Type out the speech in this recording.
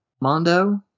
Mondo